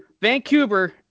Vancouver